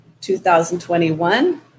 2021